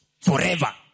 forever